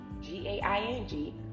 G-A-I-N-G